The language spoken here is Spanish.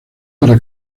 para